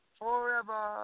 forever